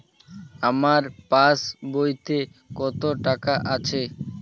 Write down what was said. আমার পাস বইতে কত টাকা আছে?